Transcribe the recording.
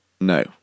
no